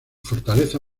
fortaleza